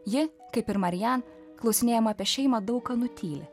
ji kaip ir marijan klausinėjama apie šeimą daug ką nutyli